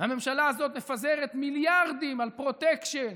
הממשלה הזאת מפזרת מיליארדים על פרוטקשן